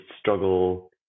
struggle